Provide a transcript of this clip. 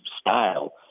style